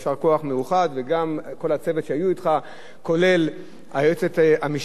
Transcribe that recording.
כולל היועצת המשפטית של הוועדה,